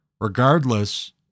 regardless